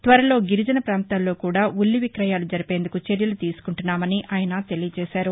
త్వరలో గిరిజన పాంతాల్లో కూడా ఉల్లి విక్రయాలు జరిపేందుకు చర్యలు తీసుకుంటున్నామని ఆయన తెలియచేసారు